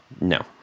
No